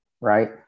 right